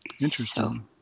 Interesting